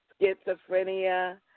schizophrenia